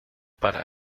para